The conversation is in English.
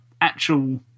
actual